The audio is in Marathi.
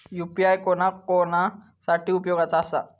यू.पी.आय कोणा कोणा साठी उपयोगाचा आसा?